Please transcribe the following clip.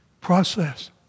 process